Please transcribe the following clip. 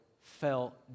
fell